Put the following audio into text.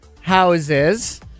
houses